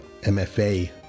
MFA